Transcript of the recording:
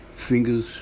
Fingers